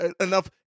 enough